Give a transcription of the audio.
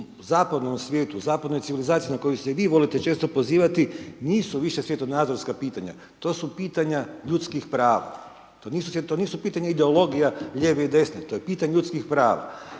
zapadnom svijetu, u zapadnoj civilizaciji, na koju se i vi volite često pozivati, nisu više svjetonazorska pitanja, to su pitanja ljudskih prava, to nisu pitanja ideologija, lijevih i desnih, to je pitanje ljudskih prava,